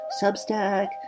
Substack